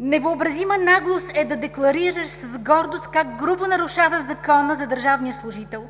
Невъобразима наглост е да декларираш с гордост как грубо нарушаваш Закона за държавния служител